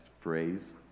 phrase